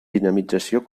dinamització